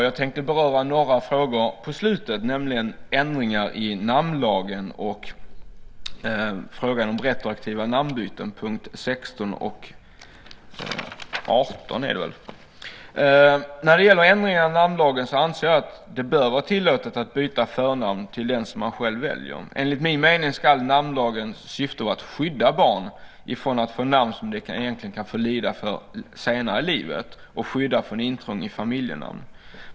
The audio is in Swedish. Jag tänkte beröra några frågor på slutet, nämligen ändringar i namnlagen och frågan om retroaktiva namnbyten, punkterna 16 och 18. När det gäller ändringar i namnlagen anser jag att det bör vara tillåtet att byta förnamn till ett som man själv väljer. Enligt min mening ska namnlagens syfte vara att skydda barn ifrån att få namn som de kan få lida för senare i livet och att skydda från intrång i familjenamn.